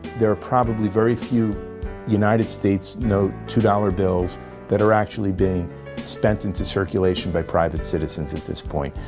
there are probably very few united states note two dollars bills that are actually being spent into circulation by private citizens at this point.